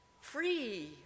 Free